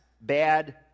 bad